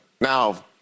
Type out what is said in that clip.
Now